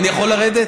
אני יכול לרדת?